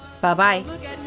Bye-bye